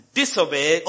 disobey